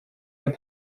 your